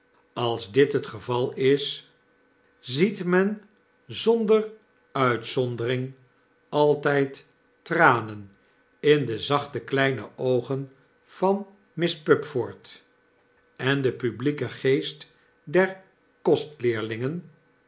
als dit het geval is ziet men zonder uitzondering altijd tranen in de zachte kleine oogen van miss pupford en de publieke geest der